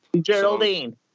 Geraldine